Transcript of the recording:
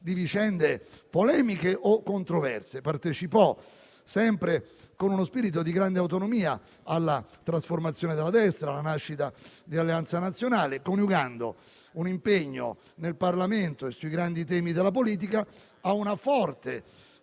di vicende polemiche o controverse. Partecipò, sempre con uno spirito di grande autonomia, alla trasformazione della destra, alla nascita di Alleanza Nazionale, coniugando un impegno nel Parlamento e sui grandi temi della politica a una forte